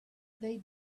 they